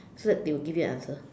so that they will give you an answer